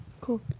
Cool